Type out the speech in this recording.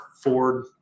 Ford